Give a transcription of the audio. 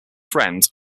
friend